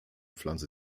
pflanze